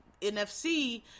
NFC